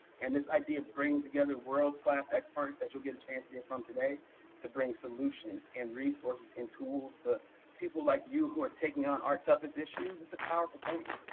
and this idea of bringing together world class experts you get a chance to hear from today to bring solutions and resources and tools to people like you who are taking on our toughest issues. it's a powerful thing.